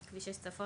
את כביש 6 צפון?